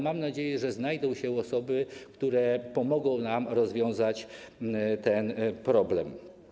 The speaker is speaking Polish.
Mam nadzieję, że znajdą się osoby, które pomogą nam rozwiązać ten problem.